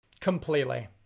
Completely